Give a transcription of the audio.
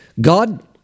God